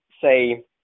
say